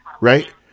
right